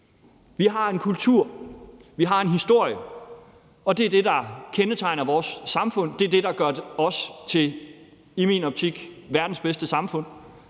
Vi har en kultur, og vi har en historie, og det er det, der kendetegner vores samfund, og det er det, der i min optik gør os til verdens bedste samfund,